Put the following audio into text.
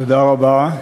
תודה רבה.